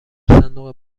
صندوق